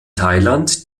thailand